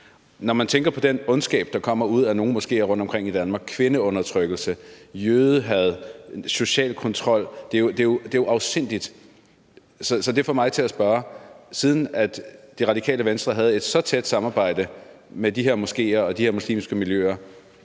Når man tænker på den ondskab, der kommer ud af nogle moskeer rundtomkring i Danmark – kvindeundertrykkelse, jødehad, social kontrol – er det jo afsindigt, og det får mig til at spørge: Siden Det Radikale Venstre havde et godt og tæt samarbejde med de her moskeer og de her muslimske miljøer,